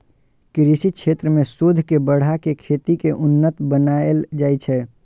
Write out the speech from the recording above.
कृषि क्षेत्र मे शोध के बढ़ा कें खेती कें उन्नत बनाएल जाइ छै